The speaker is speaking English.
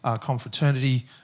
confraternity